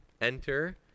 Enter